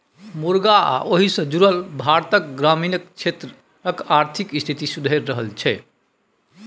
मुरगा आ ओहि सँ जुरल भारतक ग्रामीण क्षेत्रक आर्थिक स्थिति सुधरि रहल छै